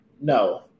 No